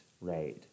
right